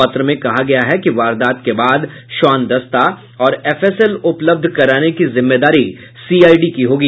पत्र में कहा गया है कि वारदात के बाद श्वान दस्ता और एफएसएल उपलब्ध कराने की जिम्मेदारी सीआईडी की होगी